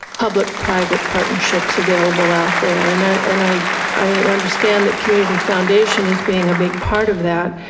public private partnerships available out there and ah and i i understand that community foundation is being a big part of that.